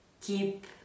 keep